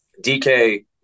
DK